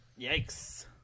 Yikes